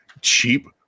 cheap